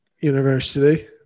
University